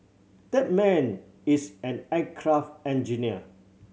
that man is an aircraft engineer